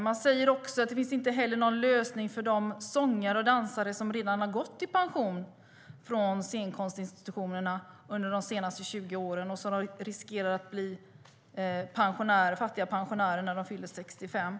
Man säger att det inte finns någon lösning för de sångare och dansare som redan har gått i pension från scenkonstinstitutionerna under de senaste 20 åren och som riskerar att bli fattiga pensionärer när de fyller 65.